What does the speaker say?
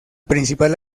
principal